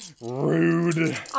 Rude